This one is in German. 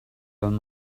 wenn